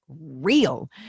real